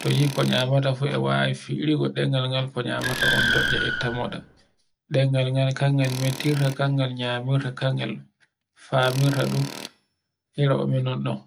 To yi konyamata fu e wawi fi'irrgo ɗengal gal ko nyamata on dotcca etta moɗa. Ɗengal gal kangal mettirta, kangal nyamirta, kangal famirta fu, ira on mi non ɗon